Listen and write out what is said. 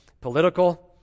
political